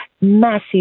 massive